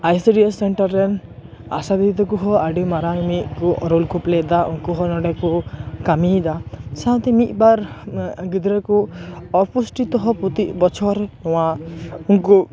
ICDS centre ᱨᱮᱱ ᱟᱥᱟ ᱫᱤᱫᱤ ᱛᱟᱠᱚ ᱦᱚᱸ ᱟ ᱰᱤ ᱢᱟᱨᱟᱝ ᱢᱤᱫ ᱠᱚ ᱨᱳᱞ ᱠᱚ ᱯᱞᱮ ᱮᱫᱟ ᱩᱱᱠᱩ ᱦᱚᱸ ᱱᱚᱸᱰᱮ ᱠᱚ ᱠᱟᱹᱢᱤᱭᱮᱫᱟ ᱥᱟᱶᱛᱮ ᱢᱤᱫ ᱵᱟᱨ ᱜᱤᱫᱽᱨᱟᱹ ᱠᱩ ᱚᱯᱩᱥᱴᱤ ᱛᱮᱦᱚᱸ ᱯᱚᱛᱤ ᱵᱚᱪᱷᱚᱨ ᱱᱚᱣᱟ ᱩᱱᱠᱩ